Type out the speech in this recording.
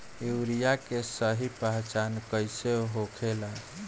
Urea के सही पहचान कईसे होखेला?